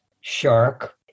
shark